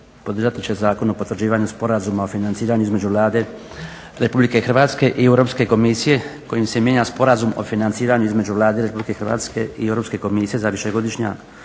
prijedlog Zakona o potvrđivanju Sporazuma o financiranju između Vlade Republike Hrvatske i Europske komisije kojim se mijenja Sporazum o financiranju između Vlade Republike Hrvatske i Europske komisije za višegodišnji